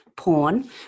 porn